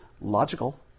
Logical